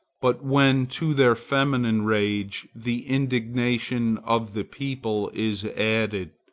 but when to their feminine rage the indignation of the people is added,